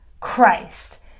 Christ